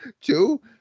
two